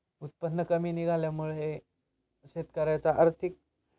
उत्पन्न कमी निघाल्यामुळे शेतकऱ्याचा आर्थिक